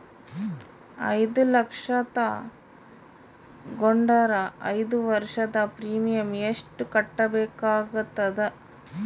ಐದು ಲಕ್ಷ ತಗೊಂಡರ ಐದು ವರ್ಷದ ಪ್ರೀಮಿಯಂ ಎಷ್ಟು ಕಟ್ಟಬೇಕಾಗತದ?